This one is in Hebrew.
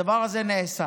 הדבר הזה נעשה.